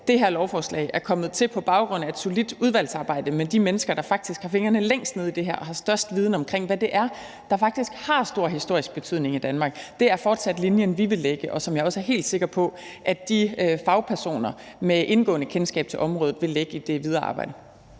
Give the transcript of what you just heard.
det her lovforslag er kommet til på baggrund af et solidt udvalgsarbejde med de mennesker, der faktisk har fingrene længst nede i det her og har størst viden om, hvad det er, der har stor historisk betydning i Danmark. Det er fortsat den linje, vi vil lægge, og den linje, som jeg også er helt sikker på at de fagpersoner med indgående kendskab til området vil lægge i det videre arbejde.